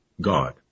God